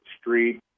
street